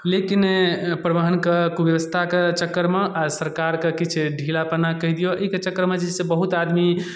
लेकिन परिवहनके कुव्यवस्थाके चक्करमे आओर सरकारके किछु ढीलापना कहि दिऔ एहिके चक्करमे जे छै से बहुत आदमी